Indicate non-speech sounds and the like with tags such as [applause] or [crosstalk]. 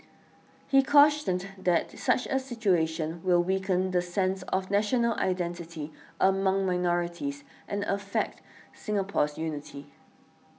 he cause [unintelligible] that such a situation will weaken the sense of national identity among minorities and affect Singapore's unity